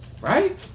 Right